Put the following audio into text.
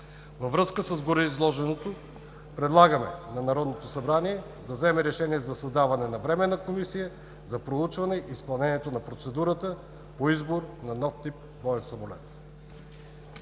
Във връзка с гореизложеното предлагаме на Народното събрание да вземе решение за създаване на временна комисия за проучване изпълнението на процедурата по избор на нов тип бойни самолети.